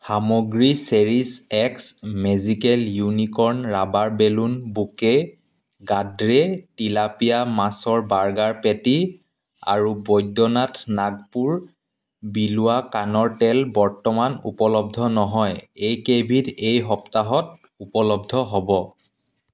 সামগ্ৰী cherries x magical unicorn rubber balloon bouquet Godrej tilapia মাছৰ burger patty আৰু বৈদ্যনাথ নাগপুৰ বিলৱা কাণৰ তেল বৰ্তমান উপলব্ধ নহয় এইকেইবিধ এই সপ্তাহত উপলব্ধ হ'ব